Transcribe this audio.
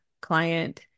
client